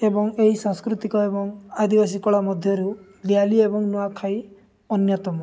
ଏବଂ ଏହି ସାଂସ୍କୃତିକ ଏବଂ ଆଦିବାସୀ କଳା ମଧ୍ୟରୁ ରିଆଲି ଏବଂ ନୂଆଖାଇ ଅନ୍ୟତମ